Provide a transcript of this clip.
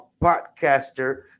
podcaster